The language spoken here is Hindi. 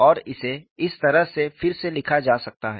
और इसे इस तरह से फिर से लिखा जा सकता है